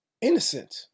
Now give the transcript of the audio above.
innocent